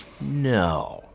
No